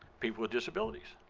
people with disabilities.